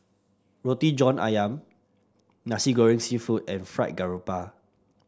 Roti John ayam Nasi Goreng seafood and Fried Garoupa